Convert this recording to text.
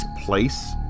place